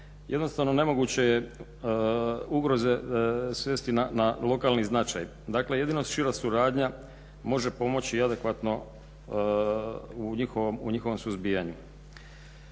jednostavno nemoguće je ugroze svesti na lokalni značaj. Dakle jedino šira suradnja može pomoći adekvatno u njihovom suzbijanju.